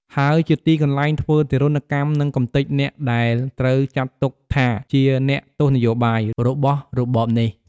ហើយជាទីកន្លែង ធ្វើទារុណកម្ម និងកំទេចអ្នកដែលត្រូវចាត់ទុកថាជា “អ្នកទោសនយោបាយ” របស់របបនេះ។